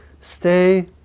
stay